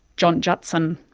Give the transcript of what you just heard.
john jutson.